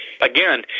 Again